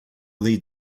lead